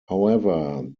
however